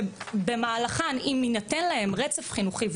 שבמהלכן אם יינתן להם רצף חינוכי,